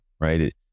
right